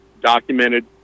documented